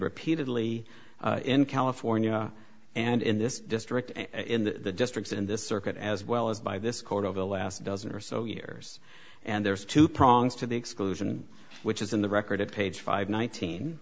repeatedly in california and in this district and in the districts in this circuit as well as by this court over the last dozen or so years and there's two prongs to the exclusion which is in the record at page five nineteen